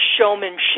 showmanship